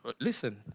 listen